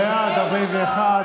בושה וחרפה.